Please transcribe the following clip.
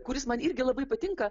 kuris man irgi labai patinka